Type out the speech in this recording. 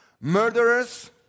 murderers